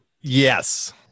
yes